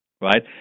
right